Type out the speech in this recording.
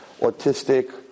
autistic